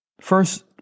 First